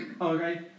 Okay